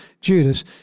Judas